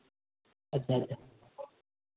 अच्छा अच्छा